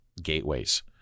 gateways